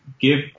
give